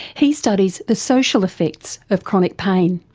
he studies the social effects of chronic pain.